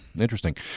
Interesting